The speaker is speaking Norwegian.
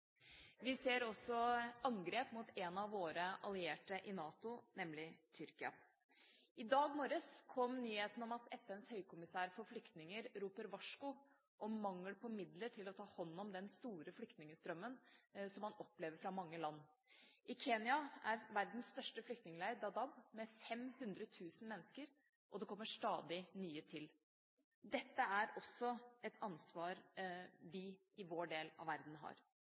Vi ser også angrep mot en av våre allierte i NATO, nemlig Tyrkia. I dag morges kom nyheten om at FNs høykommissær for flyktninger roper varsko om mangel på midler til å ta hånd om den store flyktningstrømmen som man opplever fra mange land. I Kenya er verdens største flyktningleir Dadaab med 500 000 mennesker, og det kommer stadig nye til. Dette er også et ansvar vi i vår del av verden har.